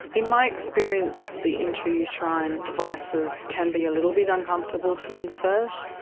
in my experience, the intrauterine devices can be a little bit uncomfortable to insert,